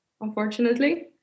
unfortunately